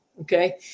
okay